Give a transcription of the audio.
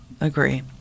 Agree